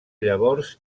llavors